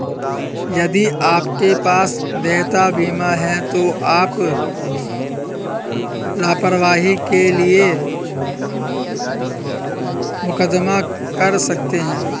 यदि आपके पास देयता बीमा है तो आप लापरवाही के लिए मुकदमा कर सकते हैं